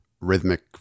rhythmic